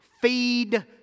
feed